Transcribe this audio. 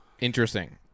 Interesting